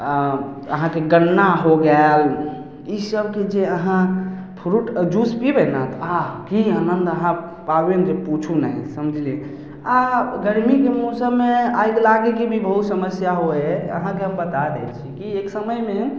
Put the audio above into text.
अहाँके गन्ना हो गेल इसबके जे अहाँ फ्रूट जूस पिबै ने तऽ अहा की आनन्द अहाँ पाबै पुछू नहि समझलियै आ गर्मीके मौसममे आगि लागैके भी बहुत समस्या होइ ह शइ अहाँके बता दै छी कि एक समयमे